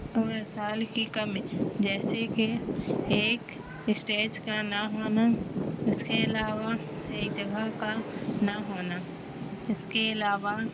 اور وسائل کی کمی جیسے کہ ایک اسٹیج کا نہ ہونا اس کے علاوہ ایک جگہ کا نہ ہونا اس کے علاوہ